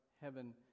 heaven